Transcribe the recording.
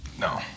No